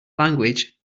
language